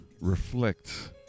reflect